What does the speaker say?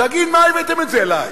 תגיד: מה הבאתם את זה אלי?